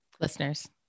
listeners